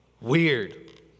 weird